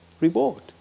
reward